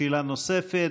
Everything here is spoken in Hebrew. שאלה נוספת,